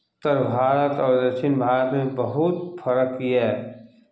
उत्तर भारत आओर दक्षिण भारतमे बहुत फरक यए